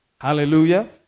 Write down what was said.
Hallelujah